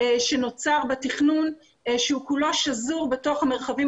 שנוצר בתכנון שהוא כולו שזור בתוך המרחבים